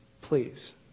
Please